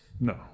No